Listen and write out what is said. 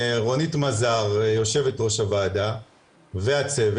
רונית מזר יו"ר הוועדה והצוות,